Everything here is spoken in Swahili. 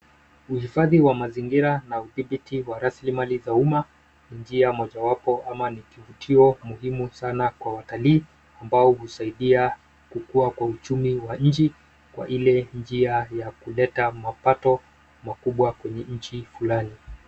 Uhifadhi wa mazingira na udhibiti wa rasilimali za umma ni njia mojawapo ama ni kivutio muhimu sana kwa watalii ambao husaidia kukua kwa uchumi wa nchi kwa ile njia ya kuleta mapato makubwa kwenye nchi fulani.